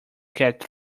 catch